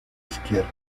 izquierda